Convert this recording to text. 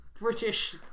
British